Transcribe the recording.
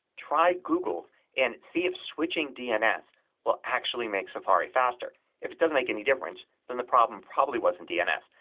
try goggle's and see if switching dns will actually make safari faster. if it doesn't make any difference then the problem probably wasn't dns.